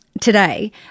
today